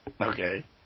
Okay